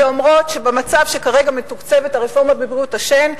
שאומרות שבמצב שכרגע מתוקצבת הרפורמה בבריאות השן,